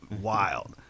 wild